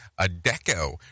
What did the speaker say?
ADECO